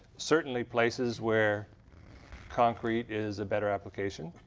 certainly places where concrete is better application.